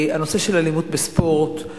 הנושא של אלימות בספורט,